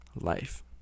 life